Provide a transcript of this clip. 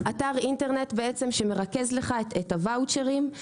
אתר אינטרנט שמרכז לך את הוואוצ'רים.